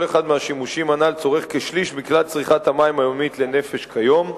כל אחד מהשימושים האלה צורך כשליש מכלל צריכת המים היומית לנפש כיום,